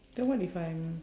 then what if I'm